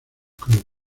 club